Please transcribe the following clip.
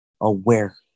aware